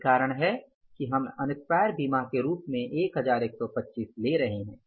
यही कारण है कि हम अनेक्स्पायर बीमा के रूप में ११२५ ले रहे हैं